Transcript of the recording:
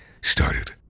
started